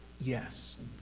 yes